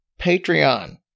Patreon